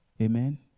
Amen